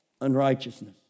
unrighteousness